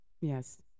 Yes